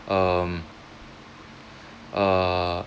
um uh